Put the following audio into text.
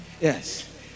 yes